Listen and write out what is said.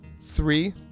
Three